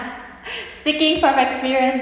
speaking from experience